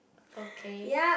okay